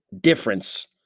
difference